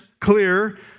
clear